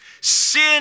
Sin